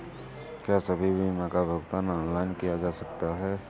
क्या सभी बीमा का भुगतान ऑनलाइन किया जा सकता है?